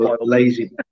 lazy